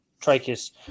trachis